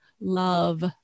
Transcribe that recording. love